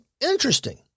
interesting